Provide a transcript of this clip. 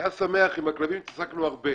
היה שמח עם הכלבים, התעסקנו בזה הרבה.